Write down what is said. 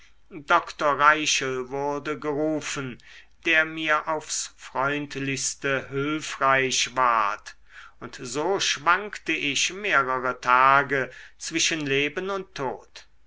doktor reichel wurde gerufen der mir aufs freundlichste hülfreich ward und so schwankte ich mehrere tage zwischen leben und tod